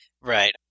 Right